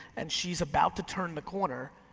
and she's about to turn the corner.